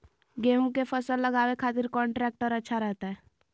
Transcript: गेहूं के फसल लगावे खातिर कौन ट्रेक्टर अच्छा रहतय?